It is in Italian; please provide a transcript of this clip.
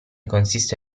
consiste